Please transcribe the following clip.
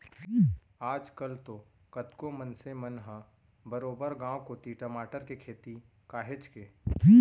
आज कल तो कतको मनसे मन ह बरोबर गांव कोती टमाटर के खेती काहेच के